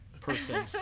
person